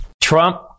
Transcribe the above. Trump